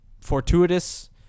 fortuitous